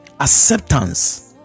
Acceptance